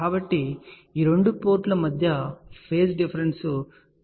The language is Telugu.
కాబట్టి ఈ రెండు పోర్టుల మధ్య పేజ్ డిఫరెన్స్ 90 డిగ్రీలు ఉంటుంది